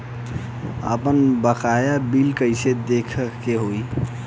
आपन बकाया बिल कइसे देखे के हौ?